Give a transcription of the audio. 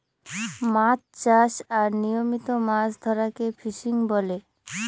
মাছ চাষ আর নিয়মিত মাছ ধরাকে ফিসিং বলে